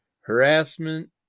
harassment